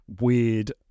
weird